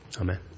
Amen